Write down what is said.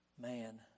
man